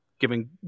giving